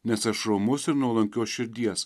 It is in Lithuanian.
nes aš romus ir nuolankios širdies